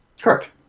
Correct